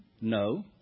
No